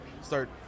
start